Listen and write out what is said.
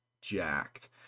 jacked